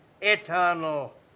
eternal